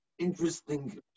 Interesting